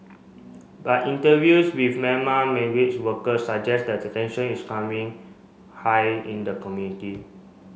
but interviews with Myanmar workers suggest that tension is timing high in the community